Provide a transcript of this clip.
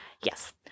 Yes